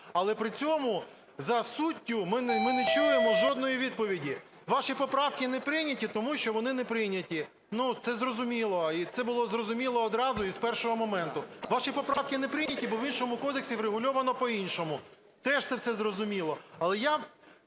Але при цьому за суттю ми не чуємо жодної відповіді. Ваші поправки не прийняті, тому що вони не прийняті, це зрозуміло. І це було зрозуміло одразу і з першого моменту. Ваші поправки не прийняті, бо в іншому кодексі врегульовано по-іншому, теж це все зрозуміло.